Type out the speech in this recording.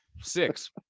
six